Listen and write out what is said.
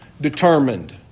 determined